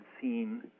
seen